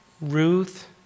Ruth